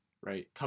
right